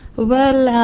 well,